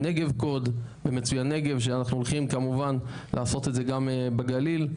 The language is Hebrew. נגבקוד ומצוינגב שאנחנו הולכים כמובן לעשות את זזה גם בגליל.